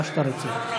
מה שאתה רוצה.